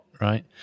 right